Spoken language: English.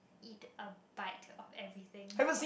eat a bite of everything